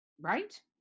Right